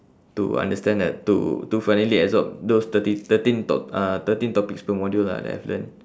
to understand that to to finally absorb those thirteen thirteen top~ uh thirteen topics per module lah that I've learnt